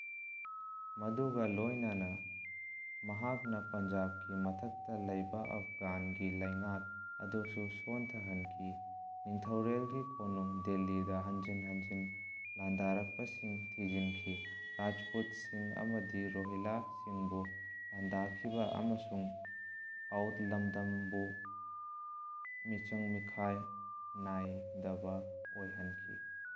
ꯃꯗꯨꯒ ꯂꯣꯏꯅꯅ ꯃꯍꯥꯛꯅ ꯄꯟꯖꯥꯕꯀꯤ ꯃꯊꯛꯇ ꯂꯩꯕ ꯑꯞꯒꯥꯟꯒꯤ ꯂꯩꯉꯥꯛ ꯑꯗꯨꯁꯨ ꯁꯣꯟꯊꯍꯟꯈꯤ ꯅꯤꯡꯊꯧꯔꯦꯜꯒꯤ ꯀꯣꯅꯨꯡ ꯗꯦꯜꯂꯤꯗ ꯍꯟꯖꯤꯟ ꯍꯟꯖꯤꯟ ꯂꯥꯟꯗꯥꯔꯛꯄꯁꯤꯡ ꯊꯤꯖꯤꯟꯈꯤ ꯔꯥꯖꯄꯨꯠꯁꯤꯡ ꯑꯃꯗꯤ ꯔꯣꯍꯤꯂꯥꯁꯤꯡꯕꯨ ꯂꯥꯟꯗꯥꯈꯤꯕ ꯑꯃꯁꯨꯡ ꯑꯥꯎꯠ ꯂꯝꯗꯝꯕꯨ ꯃꯤꯆꯪ ꯃꯤꯈꯥꯏ ꯅꯥꯏꯗꯕ ꯑꯣꯏꯍꯟꯈꯤ